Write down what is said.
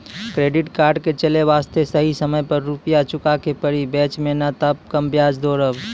Credit card के चले वास्ते सही समय पर रुपिया चुके के पड़ी बेंच ने ताब कम ब्याज जोरब?